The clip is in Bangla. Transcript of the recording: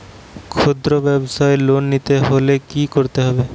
খুদ্রব্যাবসায় লোন নিতে হলে কি করতে হবে?